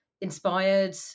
inspired